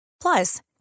Plus